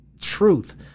Truth